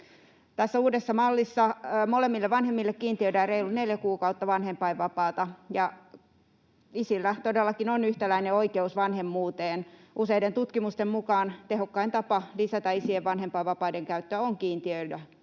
Tässä uudessa mallissa molemmille vanhemmille kiintiöidään reilut neljä kuukautta vanhempainvapaata. Isillä todellakin on yhtäläinen oikeus vanhemmuuteen. Useiden tutkimusten mukaan tehokkain tapa lisätä isien vanhempainvapaiden käyttöä on kiintiöidä